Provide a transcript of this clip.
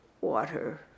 water